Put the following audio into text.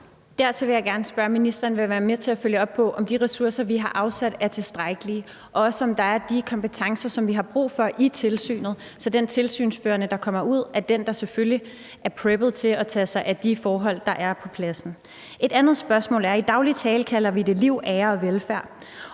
vil være med til at følge op på, om de ressourcer, vi har afsat, er tilstrækkelige, og også, om der er de kompetencer, som vi har brug for, i tilsynet, så den tilsynsførende, der kommer ud, er den, der selvfølgelig er preppet til at tage sig af de forhold, der er på pladsen. Et andet spørgsmål handler om det, vi i daglig tale kalder liv, ære og velfærd.